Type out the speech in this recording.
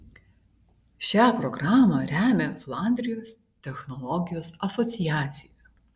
šią programą remia flandrijos technologijos asociacija